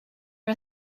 are